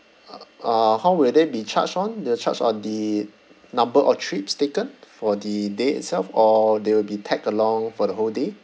uh how will they be charged on they will charge on the number of trips taken for the day itself or they will be tagged along for the whole day